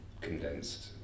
condensed